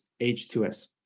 H2S